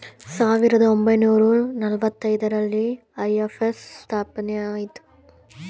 ಸಾವಿರದ ಒಂಬೈನೂರ ನಾಲತೈದರಲ್ಲಿ ಐ.ಎಂ.ಎಫ್ ಸ್ಥಾಪಿಸಲಾಯಿತು